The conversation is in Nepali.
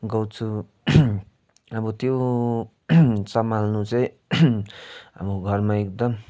गाउँछु अब त्यो सम्हाल्नु चाहिँ अब घरमा एकदम